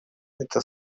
это